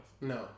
No